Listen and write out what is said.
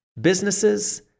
businesses